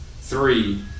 three